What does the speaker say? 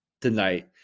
tonight